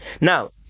Now